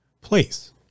place